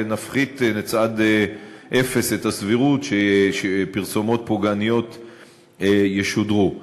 ונפחית לצד אפס את הסבירות שפרסומות פוגעניות ישודרו.